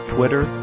Twitter